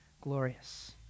glorious